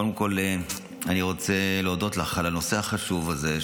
קודם כול אני רוצה להודות לך על הנושא החשוב הזה,